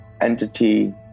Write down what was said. entity